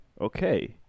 Okay